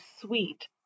sweet